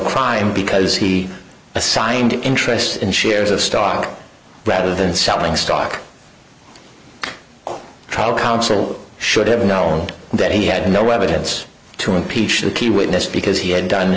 crime because he assigned interests in shares of stock rather than selling stock trial counsel should have known that he had no evidence to impeach the key witness because he had done